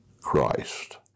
christ